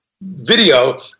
video